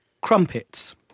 Crumpets